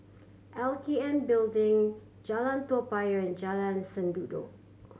L K N Building Jalan Toa Payoh and Jalan Sendudok